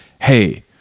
hey